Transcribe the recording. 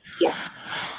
Yes